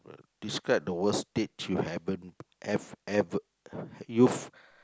describe the worst date you haven't~ have ever you've